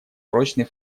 прочный